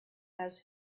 has